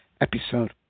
episode